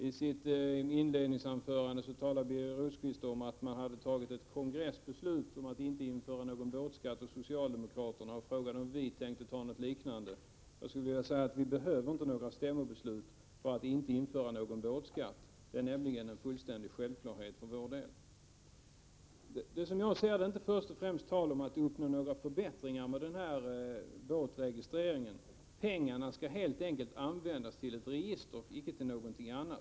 I sitt inledningsanförande talade Birger Rosqvist om att socialdemokraterna hade fattat ett kongressbeslut om att inte införa någon båtskatt. Han frågade om vi tänkte fatta något liknande beslut. Vi behöver inte några stämmobeslut om att inte införa någon båtskatt. Det är nämligen en fullständig självklarhet för vår del. Det är som jag ser det inte tal om att först och främst uppnå förbättringar genom båtregistreringen. Pengarna skall helt enkelt användas till ett register, och icke till någonting annat.